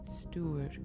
Stewart